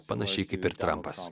panašiai kaip ir trampas